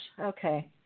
okay